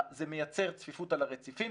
זה מייצר צפיפות על הרציפים,